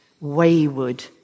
wayward